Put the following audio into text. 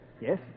Yes